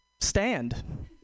stand